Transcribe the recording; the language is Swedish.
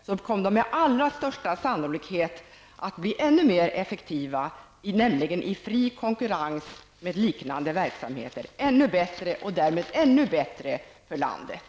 De skulle med alldeles största sannolikhet bli ännu effektivare i fri konkurrens med liknande verksamheter. De skulle bli ännu bättre, och därmed ännu bättre för landet.